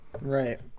Right